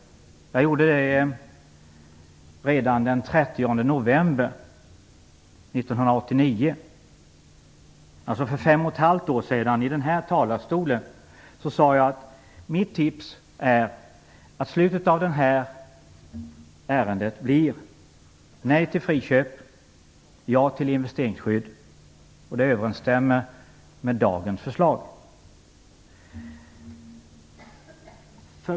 Jag gjorde det redan den 30 november 1989. För fem och ett halvt år sedan sade jag alltså i denna talarstol: Mitt tips är att slutet av det här ärendet blir nej till friköp och ja till investeringsskydd. Detta överensstämmer med dagens förslag.